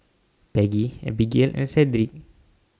Peggie Abigayle and Sedrick